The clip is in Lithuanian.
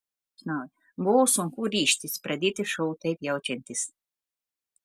buvo sunku ryžtis pradėti šou taip jaučiantis